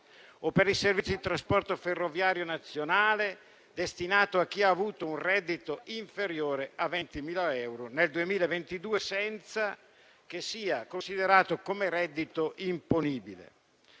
o per i servizi di trasporto ferroviario nazionale, fondo destinato a chi ha avuto reddito inferiore a 20.000 euro nel 2022, senza che sia considerato come reddito imponibile.